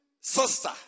sister